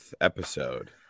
episode